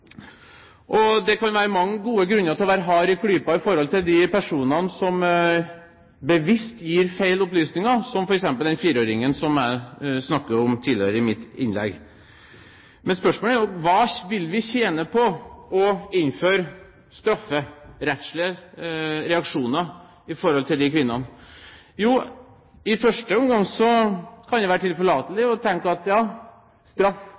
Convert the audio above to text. straff. Det kan være mange gode grunner til å være hard i klypa overfor de personene som bevisst gir feil opplysninger, som f.eks. saken om den fireåringen som jeg snakket om tidligere i mitt innlegg. Men spørsmålet er: Hva vil vi tjene på å innføre strafferettslige reaksjoner overfor de kvinnene? Jo, i første omgang kan det være tilforlatelig å tenke at straff